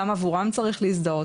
גם עבורם צריך להזדהות.